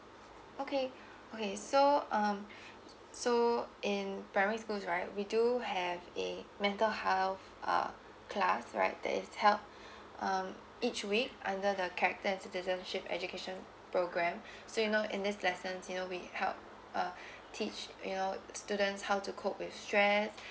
okay okay so um so in primary schools right we do have a mental health uh class right that is held um each week under the character and citizenship education program so you know in these lessons you know we help uh teach you know students how to cope with stress